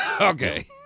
Okay